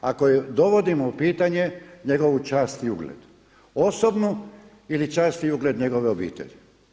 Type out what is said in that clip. Ako dovodimo u pitanje njegovu čast i ugled osobnu ili čast i ugled njegove obitelji.